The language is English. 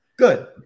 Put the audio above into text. Good